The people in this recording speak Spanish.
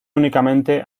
únicamente